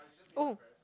oh